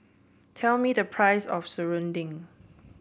tell me the price of Serunding